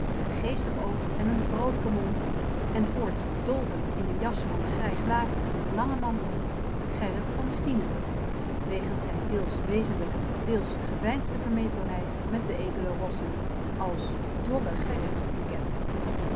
een geestig oog en een vroolijken mond en voorts bedolven in een jas van grijs laken met langen mantel gerrit van stienen wegens zijn deels wezenlijke deels geveinsde vermetelheid met de edele rossen als dolle gerrit bekend